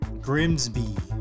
Grimsby